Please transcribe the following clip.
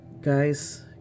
Guys